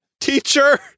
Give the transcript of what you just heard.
teacher